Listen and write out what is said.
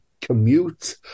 commute